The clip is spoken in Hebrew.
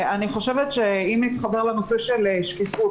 אם נתחבר לנושא של שקיפות,